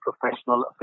professional